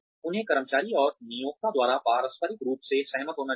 उन्हें कर्मचारी और नियोक्ता द्वारा पारस्परिक रूप से सहमत होना चाहिए